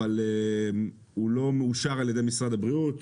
אבל הוא לא מאושר על ידי משרד הבריאות,